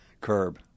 Curb